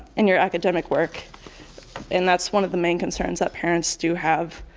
in your academic work and that's one of the main concerns that parents do have.